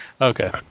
Okay